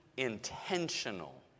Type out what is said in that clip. intentional